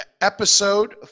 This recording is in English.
episode